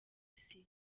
isi